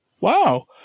wow